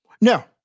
Now